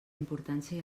importància